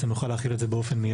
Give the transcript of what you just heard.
לא יכול לקבוע את חיי המדף,